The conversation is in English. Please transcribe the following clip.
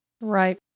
Right